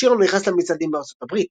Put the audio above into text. השיר לא נכנס למצעדים בארצות הברית.